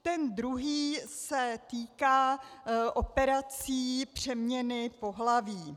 Ten druhý se týká operací přeměny pohlaví.